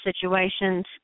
situations